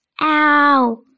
Ow